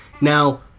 Now